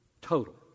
total